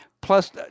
Plus